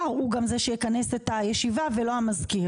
הוא גם זה שייכנס את הישיבה ולא המזכיר?